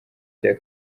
cya